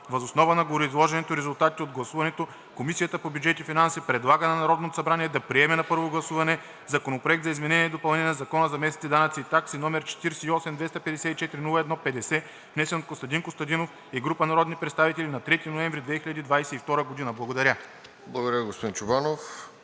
Въз основа на гореизложеното и резултатите от гласуването Комисията по бюджет и финанси предлага на Народното събрание да приеме на първо гласуване Законопроект за изменение и допълнение на Закона за местните данъци и такси, № 48-254-01-50, внесен от Костадин Костадинов и група народни представители на 3 ноември 2022 г.“ Благодаря.